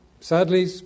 Sadly